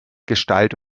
gestalt